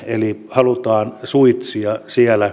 halutaan suitsia